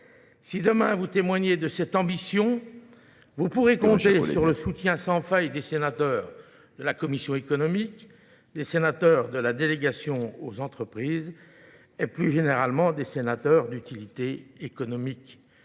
Si demain vous témoignez de cette ambition, vous pourrez compter sur le soutien sans faille des sénateurs de la Commission économique, des sénateurs de la délégation aux entreprises et plus généralement des sénateurs d'utilité économique.